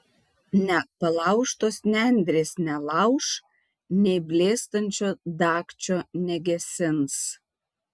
net palaužtos nendrės nelauš nei blėstančio dagčio negesins